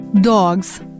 Dogs